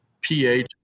pH